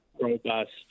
robust